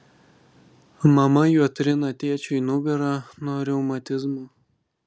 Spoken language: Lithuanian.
mama juo trina tėčiui nugarą nuo reumatizmo